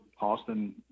Austin